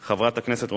חבר הכנסת דב חנין,